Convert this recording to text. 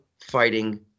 Fighting